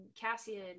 Cassian